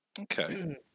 Okay